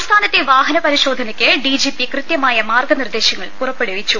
സംസ്ഥാനത്തെ വാഹനപരിശോധനക്ക് ഡിജിപി കൃത്യമായ മാർഗ്ഗനിർദേശങ്ങൾ പുറ്റപ്പെടുവ്വിച്ചു